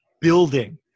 building –